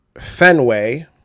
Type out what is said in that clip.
Fenway